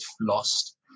lost